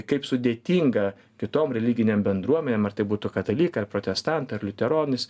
kaip sudėtinga kitom religinėm bendruomenėm ar tai būtų katalikai ar protestantai ar liuteronais